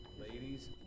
Ladies